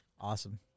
Awesome